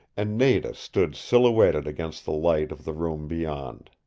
and nada stood silhouetted against the light of the room beyond.